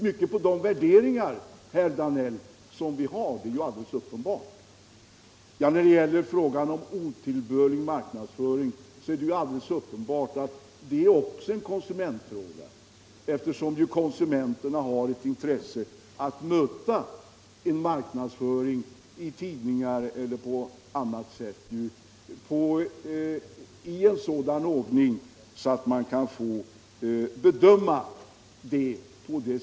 Detta beror alldeles uppenbart på våra olika värderingar. Frågan om otillbörlig marknadsföring är självklart också en konsumentfråga, eftersom konsumenterna har intresse av en sådan marknadsföring i tidningar och på annat håll att de kan välja rätt varor.